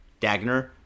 dagner